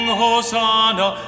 hosanna